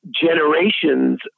generations